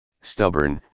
stubborn